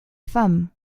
femme